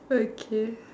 okay